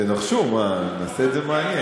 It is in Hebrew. תנחשו, מה, נעשה את זה מעניין.